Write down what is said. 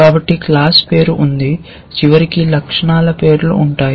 కాబట్టి క్లాస్ పేరు ఉంది చివరికి లక్షణాల పేర్లు ఉంటాయి